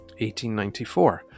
1894